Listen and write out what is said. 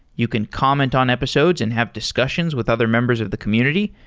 you can comment on episodes and have discussions with other members of the community,